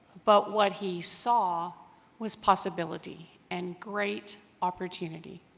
but what he saw was possibility and great opportunity